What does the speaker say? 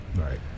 Right